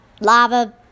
lava